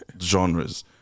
genres